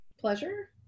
Pleasure